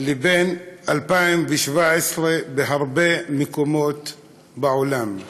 לבין 2017 בהרבה מקומות בעולם,